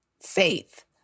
faith